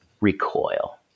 recoil